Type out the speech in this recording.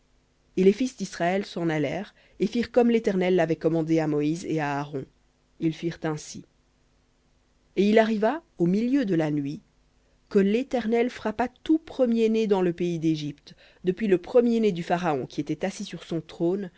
et les fils d'israël s'en allèrent et firent comme l'éternel l'avait commandé à moïse et à aaron ils firent ainsi et il arriva au milieu de la nuit que l'éternel frappa tout premier-né dans le pays d'égypte depuis le premier-né du pharaon qui était assis sur son trône